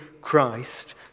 Christ